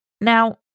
Now